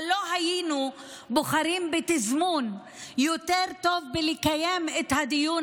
אבל לא היינו בוחרים בתזמון יותר טוב לקיום הדיון